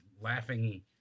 laughing